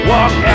Walk